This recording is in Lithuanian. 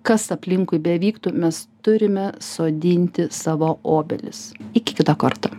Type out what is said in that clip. kas aplinkui bevyktų mes turime sodinti savo obelis iki kito karto